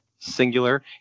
singular